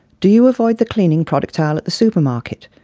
do you avoid the cleaning product aisle at the supermarket?